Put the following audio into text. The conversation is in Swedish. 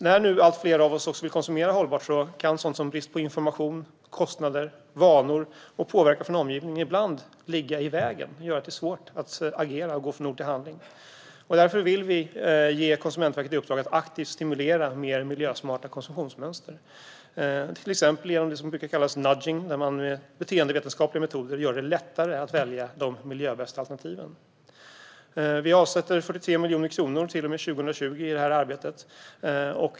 När nu allt fler av oss vill konsumera hållbart kan sådant som brist på information, kostnader, vanor och påverkan från omgivningen ibland stå i vägen. Det gör att det är svårt att agera och gå från ord till handling. Därför vill vi ge Konsumentverket i uppdrag att aktivt stimulera mer miljösmarta konsumtionsmönster, till exempel genom nudging där man med beteendevetenskapliga metoder gör det lättare att välja de miljöbästa alternativen. Vi avsätter 43 miljoner kronor till och med 2020 för detta arbete.